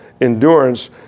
Endurance